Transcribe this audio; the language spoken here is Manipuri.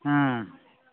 ꯎꯝ